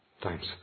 times